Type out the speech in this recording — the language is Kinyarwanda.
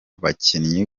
bakinnyi